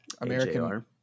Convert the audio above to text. American